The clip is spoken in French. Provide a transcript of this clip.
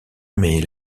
mais